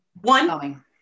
One